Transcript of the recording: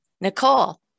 Nicole